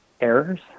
errors